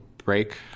break